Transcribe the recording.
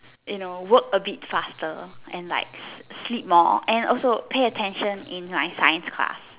you know work a bit faster and like sleep more and also pay attention in my science class